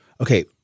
Okay